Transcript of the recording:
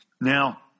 Now